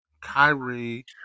Kyrie